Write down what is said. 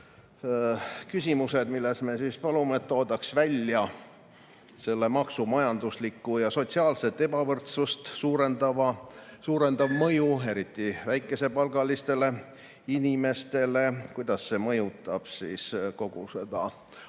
küsimused, milles me palume, et toodaks välja selle maksu majanduslikku ja sotsiaalset ebavõrdsust suurendav mõju, eriti väikesepalgalistele inimestele. Küsime, kuidas see mõjutab kogu